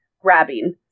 grabbing